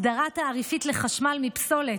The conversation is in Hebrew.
הסדרה תעריפית לחשמל מפסולת.